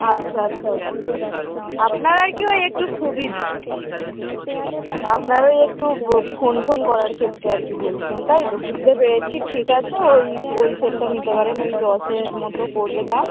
আচ্ছা আচ্ছা ওই আপনার আর কী ওই একটু সুবি আপনার ওই একটু ফোন ফোন করার ক্ষেত্রে আর কি বলছেন তাই তো বুঝতে পেরেছি ঠিক আছে ওই ওই সেটটা নিতে পারেন ওই দশের মতো পড়বে দাম